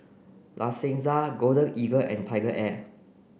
La Senza Golden Eagle and TigerAir